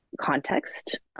context